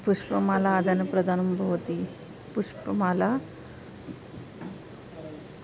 पुष्पमाला आदनप्रदानं भवति पुष्पमाला